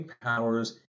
powers